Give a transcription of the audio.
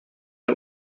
der